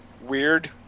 weird